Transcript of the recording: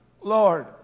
Lord